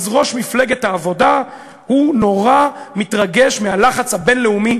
אז ראש מפלגת העבודה נורא מתרגש מהלחץ הבין-לאומי